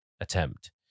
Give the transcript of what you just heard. attempt